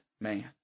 man